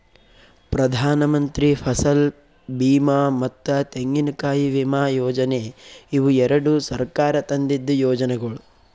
ಪ್ರಧಾನಮಂತ್ರಿ ಫಸಲ್ ಬೀಮಾ ಮತ್ತ ತೆಂಗಿನಕಾಯಿ ವಿಮಾ ಯೋಜನೆ ಇವು ಎರಡು ಸರ್ಕಾರ ತಂದಿದ್ದು ಯೋಜನೆಗೊಳ್